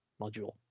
module